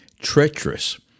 treacherous